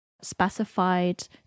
specified